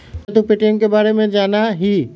अच्छा तू पे.टी.एम के बारे में जाना हीं?